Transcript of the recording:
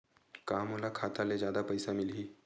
का मोला खाता से जादा पईसा मिलही?